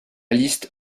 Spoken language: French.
liste